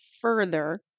further